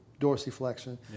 dorsiflexion